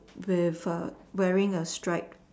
with a wearing a stripe